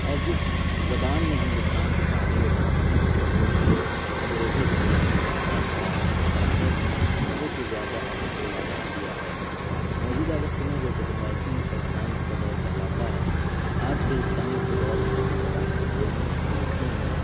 اور جس زبان نے ہندوستان کی تعمیر و ترقی میں اور اس کو انگریزوں کی غلامی سے آزاد کرانے میں بہت ہی زیادہ اہم رول ادا کیا ہے موجودہ وقت میں جو ٹیکنالوجی اور سائنس کا دور کہلاتا ہے آج کے اس سائنس کے دور میں اردو زبان کو بولنے اور لکھنے میں